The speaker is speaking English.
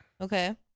Okay